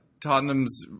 Tottenham's